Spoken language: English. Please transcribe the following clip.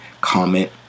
comment